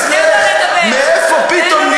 מאיפה פתאום